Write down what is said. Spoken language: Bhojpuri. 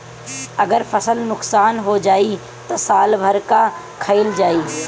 अगर फसल नुकसान हो जाई त साल भर का खाईल जाई